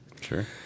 Sure